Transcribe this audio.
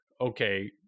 okay